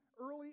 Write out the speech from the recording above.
early